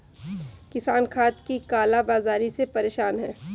किसान खाद की काला बाज़ारी से परेशान है